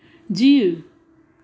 जीउ